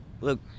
look